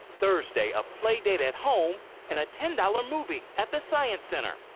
thursday a play date at home and a ten dollar movie at the science center.